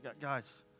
Guys